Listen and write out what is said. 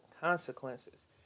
consequences